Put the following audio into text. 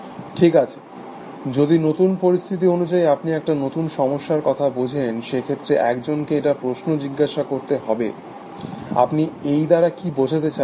ঠিক আছে যদি নতুন পরিস্থিতি অনুযায়ী আপনি একটা নতুন সমস্যার কথা বোঝান সেক্ষেত্রে একজনকে একটা প্রশ্ন জিজ্ঞাসা করতে হবে আপনি এই দ্বারা কি বোঝাতে চাইছেন